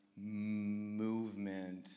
movement